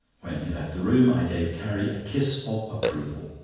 when he left the room, i gave carrie a kiss of approval.